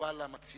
מוגבל למציעים?